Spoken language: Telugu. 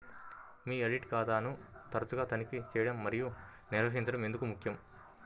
మీ ఆడిట్ ఖాతాను తరచుగా తనిఖీ చేయడం మరియు నిర్వహించడం ఎందుకు ముఖ్యం?